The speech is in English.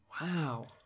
Wow